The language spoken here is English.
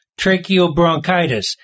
tracheobronchitis